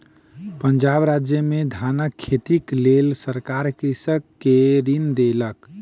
पंजाब राज्य में धानक खेतीक लेल सरकार कृषक के ऋण देलक